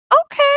okay